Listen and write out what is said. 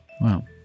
Wow